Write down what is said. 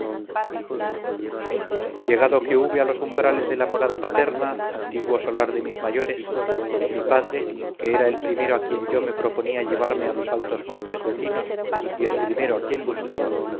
llegado que hube a los umbrales de la morada paterna antiguo solar de mis mayores mi padre que era el primero a quien yo me proponía llevarme a los altos montes vecinos y el primero a quien buscaba